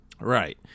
Right